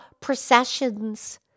processions